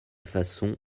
façon